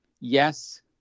yes